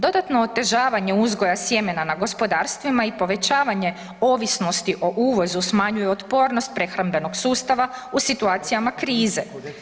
Dodatno otežavanje uzgoja sjemena na gospodarstvima i povećavanje ovisnosti o uvozu smanjuju otpornost prehrambenog sustava u situacijama krize.